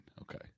Okay